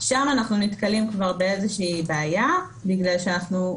שם אנחנו נתקלים כבר באיזושהי בעיה בגלל שאנחנו,